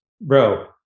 bro